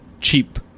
cheap